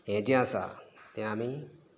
हें जें आसा तें आमी